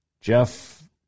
Jeff